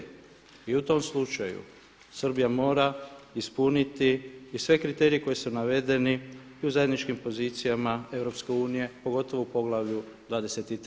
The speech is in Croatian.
I u tom slučaju Srbija mora ispuniti i sve kriterije koji su navedeni i u zajedničkim pozicijama EU, pogotovo u poglavlju 23.